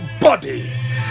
body